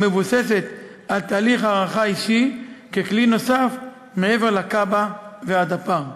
המבוססת על תהליך הערכה אישי ככלי נוסף מעבר לקב"א והדפ"ר.